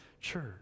church